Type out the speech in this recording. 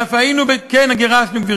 ואף היינו, גירשנו?